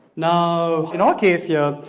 now in our case yeah